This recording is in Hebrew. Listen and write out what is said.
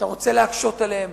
אתה רוצה להקשות עליהם,